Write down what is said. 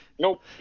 Nope